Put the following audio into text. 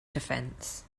defense